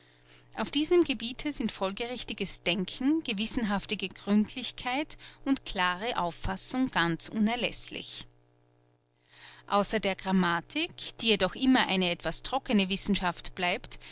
auf diesem gebiete sind folgerichtiges denken gewissenhafte gründlichkeit und klare auffassung ganz unerläßlich außer der grammatik die jedoch immer eine etwas trockene wissenschaft bleibt